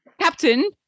Captain